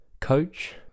coach